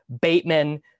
Bateman